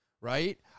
right